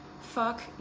fuck